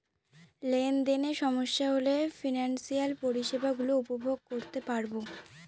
লেনদেনে সমস্যা হলে ফিনান্সিয়াল পরিষেবা গুলো উপভোগ করতে পারবো